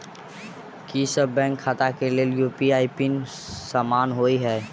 की सभ बैंक खाता केँ लेल यु.पी.आई पिन समान होइ है?